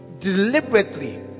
deliberately